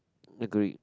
agreed